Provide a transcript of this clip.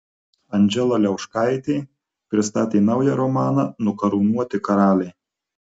anžela liauškaitė pristatė naują romaną nukarūnuoti karaliai